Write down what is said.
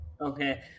Okay